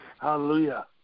Hallelujah